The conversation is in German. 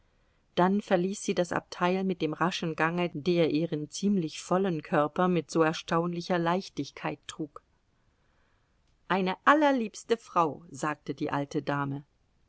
dann verließ sie das abteil mit dem raschen gange der ihren ziemlich vollen körper mit so erstaunlicher leichtigkeit trug eine allerliebste frau sagte die alte dame